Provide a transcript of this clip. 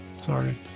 Sorry